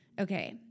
okay